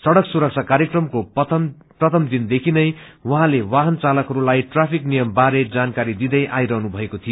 सङ्क सुरक्षा कार्यक्रमको प्रथम दिन देखि नै उहँले वाहन चालकहरूलाई ट्राफिक नियमबारे जानकारी दिँदै आइरहनु भएको थियो